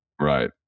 Right